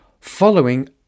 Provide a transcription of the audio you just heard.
following